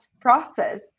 process